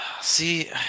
see